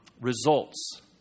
results